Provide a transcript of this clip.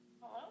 Hello